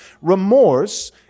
remorse